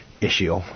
issue